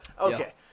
Okay